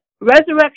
resurrection